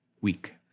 week